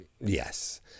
Yes